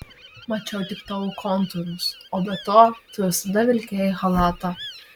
mačiau tik tavo kontūrus o be to tu visada vilkėjai chalatą